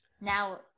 now